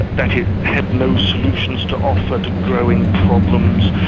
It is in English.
that it had no solutions to offer to growing problems,